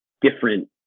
different